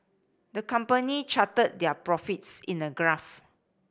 the company charted their profits in a graph